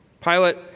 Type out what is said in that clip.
Pilate